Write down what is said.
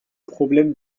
problème